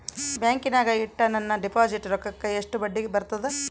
ಬ್ಯಾಂಕಿನಾಗ ಇಟ್ಟ ನನ್ನ ಡಿಪಾಸಿಟ್ ರೊಕ್ಕಕ್ಕ ಎಷ್ಟು ಬಡ್ಡಿ ಬರ್ತದ?